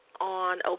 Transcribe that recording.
on